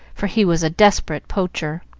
for he was a desperate poacher.